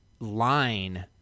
Line